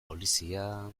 polizia